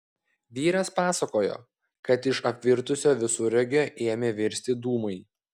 vyras pasakojo kad iš apvirtusio visureigio ėmė virsti dūmai